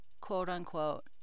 quote-unquote